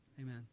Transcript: Amen